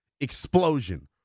explosion